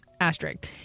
Asterisk